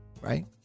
Right